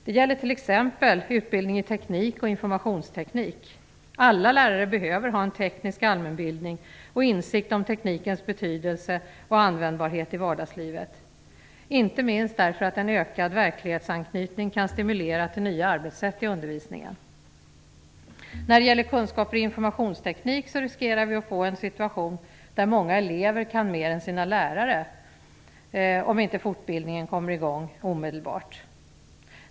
Det gäller t.ex. utbildning i teknik och informationsteknik. Alla lärare behöver ha en teknisk allmänbildning och insikt om teknikens betydelse och användbarhet i vardagslivet, inte minst därför att en ökad verklighetsanknytning kan stimulera till nya arbetssätt i undervisningen. När det gäller kunskaper i informationsteknik riskerar vi att vi får en situation där många elever kan mer än sina lärare, om inte fortbildningen kommer i gång omedelbart.